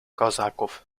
kozaków